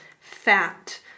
fat